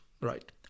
Right